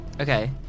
okay